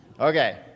Okay